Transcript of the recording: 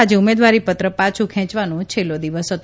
આજે ઉમેદવારીપત્ર પાછું ખેંચવાનો છેલ્લો દિવસ હતો